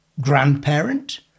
grandparent